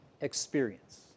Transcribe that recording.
experience